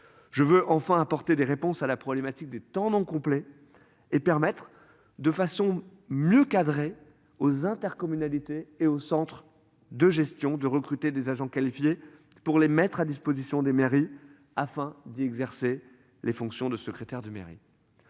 je veux enfin apporter des réponses à la problématique des temps non complet et permettre de façon mieux cadrer aux intercommunalités et au centre de gestion de recruter des agents qualifiés pour les mettre à disposition des mairies afin d'exercer les fonctions de secrétaire de mairie.